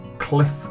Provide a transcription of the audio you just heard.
cliff